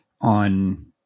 on